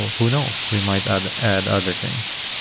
who knows? we might add add other things.